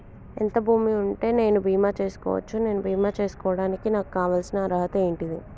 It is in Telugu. ఎంత భూమి ఉంటే నేను బీమా చేసుకోవచ్చు? నేను బీమా చేసుకోవడానికి నాకు కావాల్సిన అర్హత ఏంటిది?